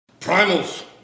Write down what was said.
Primals